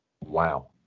Wow